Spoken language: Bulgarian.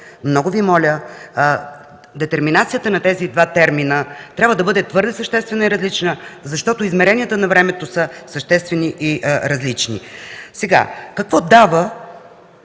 Много Ви моля, детерминацията на тези два термина трябва да бъде твърде съществена и различна, защото измеренията на времето са съществени и различни! Какво дава